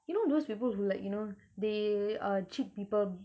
you know those people who like you know they uh cheat people